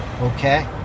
okay